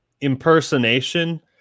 impersonation